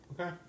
okay